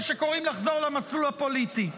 ושקוראים לחזור למסלול הפוליטי?